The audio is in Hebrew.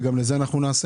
וגם את זה אנחנו נעשה.